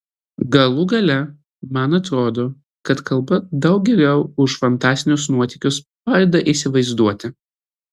galų gale man atrodo kad kalba daug geriau už fantastinius nuotykius padeda įsivaizduoti